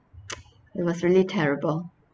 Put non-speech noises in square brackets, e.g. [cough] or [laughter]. [noise] it was really terrible